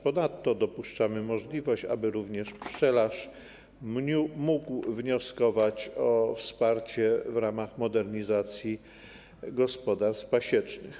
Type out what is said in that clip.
Ponadto dopuszczamy możliwość, aby również pszczelarz mógł wnioskować o wsparcie w ramach modernizacji gospodarstw pasiecznych.